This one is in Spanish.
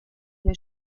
ver